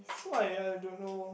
so I I don't know